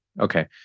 Okay